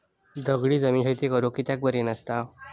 दगडी जमीन शेती करुक कित्याक बरी नसता?